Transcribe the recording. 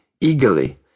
eagerly